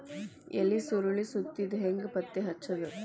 ಎಲಿ ಸುರಳಿ ಸುತ್ತಿದ್ ಹೆಂಗ್ ಪತ್ತೆ ಹಚ್ಚದ?